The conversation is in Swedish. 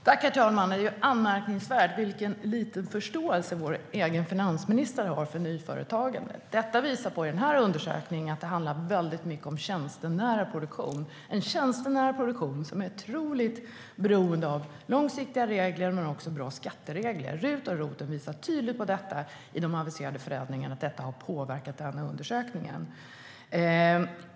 Herr talman! Det är anmärkningsvärt vilken liten förståelse vår egen finansminister har för nyföretagande. Undersökningen visar att det handlar mycket om tjänstenära produktion, som är otroligt beroende av långsiktiga regler men också bra skatteregler. Att de aviserade förändringarna av RUT och ROT har påverkat visas tydligt i undersökningen.